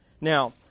Now